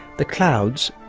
the clouds,